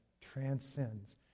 transcends